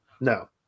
no